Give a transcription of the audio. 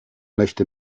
möchte